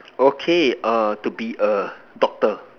okay err to be a doctor